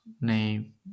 name